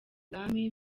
bwami